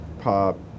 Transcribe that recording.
pop